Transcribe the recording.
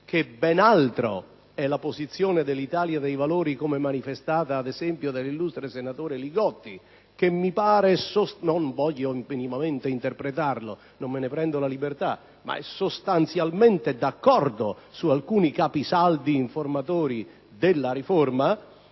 che ben altra è la posizione dell'Italia dei Valori come manifestata, ad esempio, dall'illustre senatore Li Gotti che - non voglio minimamente interpretarlo, non me ne prendo la libertà - è sostanzialmente d'accordo su alcuni capisaldi informatori della riforma